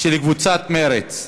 של קבוצת מרצ: